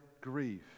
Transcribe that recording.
grief